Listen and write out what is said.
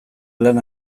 lana